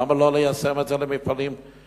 למה לא ליישם את זה במפעלים נוספים?